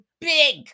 big